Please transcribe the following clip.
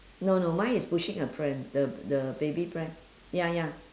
no no mine is pushing a pram the the baby pram ya ya